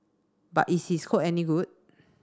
but is his code any good